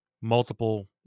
multiple